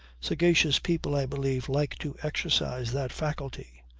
sagacious people i believe like to exercise that faculty.